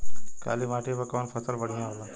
काली माटी पर कउन फसल बढ़िया होला?